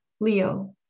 Leo